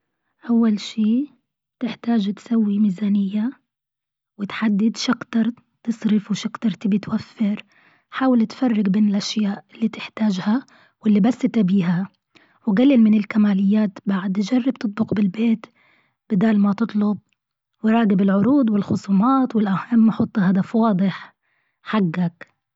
أول شيء بتحتاج تسوي ميزانية وتحدد وش أكتر تصرف وش أكتر تبي توفر، حاول تفرق بين الأشياء اللي تحتاجها واللي بس تبيها وقلل من الكماليات بعد، جرب تطبق بالبيت بدال ما تطلب وراقب العروض والخصومات والأهم حط هدف واضح حقك.